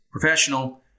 professional